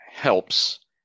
helps